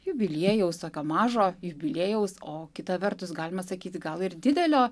jubiliejaus tokio mažo jubiliejaus o kita vertus galima sakyti gal ir didelio